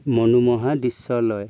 মনোমোহা দৃশ্য লয়